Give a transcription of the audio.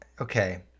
okay